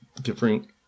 different